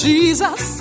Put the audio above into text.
Jesus